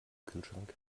kühlschrank